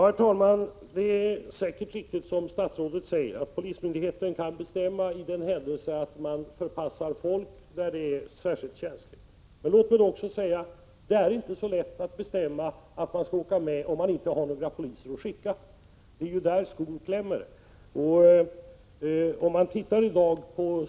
Herr talman! Det är säkert riktigt som statsrådet säger att polismyndigheten kan bestämma i den händelse folk skall förpassas och det hela är särskilt känsligt. Det är emellertid inte så lätt att bestämma att polisen skall åka med om det inte finns några poliser att skicka — det är där skon klämmer.